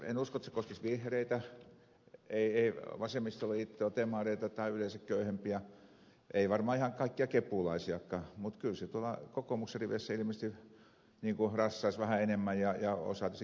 en usko että se koskisi vihreitä ei vasemmistoliittoa demareita tai yleensä köyhempiä ei varmaan ihan kaikkia kepulaisiakaan mutta kyllä se tuolla kokoomuksen riveissä ilmeisesti rassaisi vähän enemmän ja osaksi kepunkin riveissä